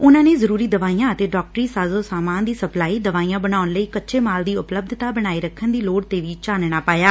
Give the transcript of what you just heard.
ਉਨਾਂ ਨੇ ਜ਼ਰਰੀ ਦਵਾਈਆਂ ਅਤੇ ਡਾਕਟਰੀ ਸਾਜੋ ਸਮਾਨ ਦੀ ਸਪਲਾਈ ਦਵਾਈਆਂ ਬਣਾਉਣ ਲਈ ਕੱਚੇ ਮਾਲ ਦੀ ਉਪਲੱਬਧਤਾ ਬਣਾਏ ਰੱਖਣ ਦੀ ਲੋੜ ਤੇ ਵੀ ਚਾਨਣਾ ਪਾਇਆ